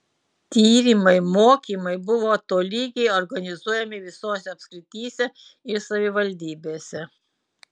tyrimai mokymai buvo tolygiai organizuojami visose apskrityse ir savivaldybėse